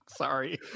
Sorry